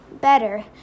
better